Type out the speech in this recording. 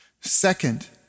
Second